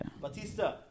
Batista